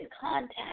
contact